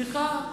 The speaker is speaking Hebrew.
זה הסעיף הבא.